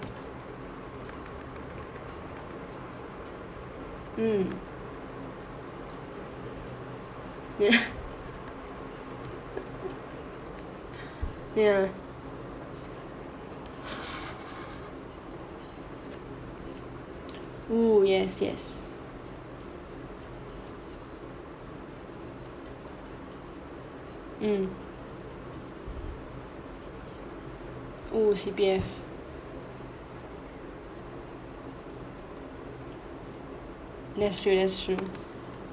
mm ya oh yes yes mm oh C_P_F that's true that's true